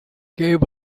gave